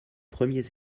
premiers